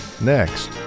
next